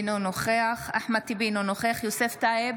אינו נוכח אחמד טיבי, אינו נוכח יוסף טייב,